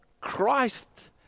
Christ